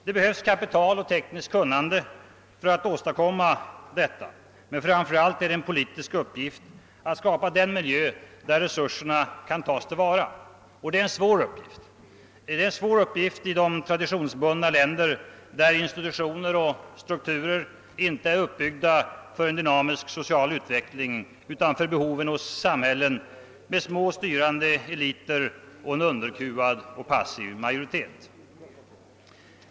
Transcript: Det behövs kapital och tekniskt kunnande för att åstadkomma detta, men framför allt är det en politisk uppgift att skapa den miljö där resurserna kan tas till vara. Och det är en svår uppgift i traditionsbundna länder, där institutioner och strukturer inte är uppbyggda för en dynamisk social utveckling utan för behoven hos samhällen med små styrande eliter och en underkuvad och passiv majoritet.